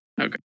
okay